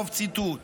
סוף ציטוט.